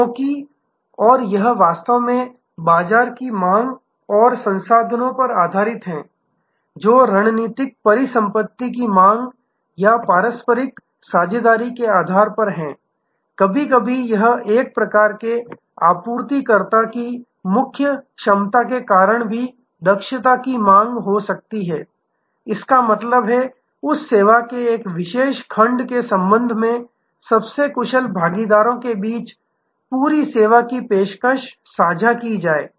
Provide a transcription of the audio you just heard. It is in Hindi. क्योंकि और यह वास्तव में बाजार की मांग और संसाधनों पर आधारित है जो रणनीतिक परिसंपत्ति की मांग या पारस्परिक साझेदारी के आधार पर है कभी कभी एक प्रकार के आपूर्तिकर्ता की मुख्य क्षमता के कारण भी दक्षता की मांग हो सकती है इसका मतलब है उस सेवा के एक विशेष खंड के संबंध में सबसे कुशल भागीदारों के बीच पूरी सेवा की पेशकश साझा की जाएगी